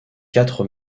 quatre